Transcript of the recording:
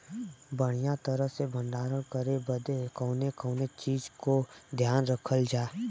बढ़ियां तरह से भण्डारण करे बदे कवने कवने चीज़ को ध्यान रखल जा?